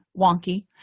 wonky